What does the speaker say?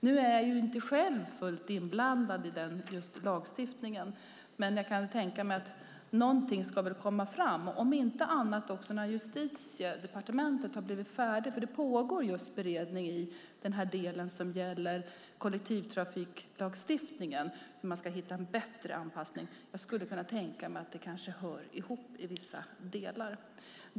Nu är jag inte själv fullt inblandad i lagstiftningen. Men jag kan tänka mig att någonting ska komma fram, om inte annat när Justitiedepartementet har blivit färdigt. Det pågår beredning i den del som gäller kollektivtrafiklagstiftningen och hur man ska hitta en bättre anpassning. Jag skulle kunna tänka mig att det kanske hör ihop i vissa delar.